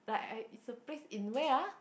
like I it's a place in where ah